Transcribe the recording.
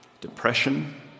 depression